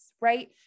right